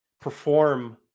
perform